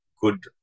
good